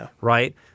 right